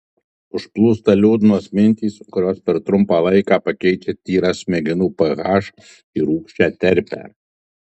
užplūsta liūdnos mintys kurios per trumpą laiką pakeičia tyrą smegenų ph į rūgščią terpę